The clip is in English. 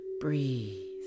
Breathe